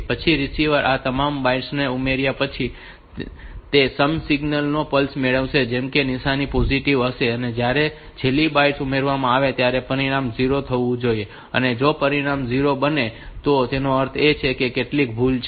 પછી રીસીવર આ તમામ બાઈટ ને ઉમેર્યા પછી તે સમ સિગ્નલ નો પલ્સ મેળવશે કે જેની નિશાની પોઝિટિવ હશે અને જ્યારે છેલ્લી બાઈટ ઉમેરવામાં આવશે ત્યારે પરિણામ 0 થવું જોઈએ અને જો પરિણામ 0 નહીં બને તો તેનો અર્થ એ છે કે ત્યાં કેટલીક ભૂલ છે